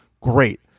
Great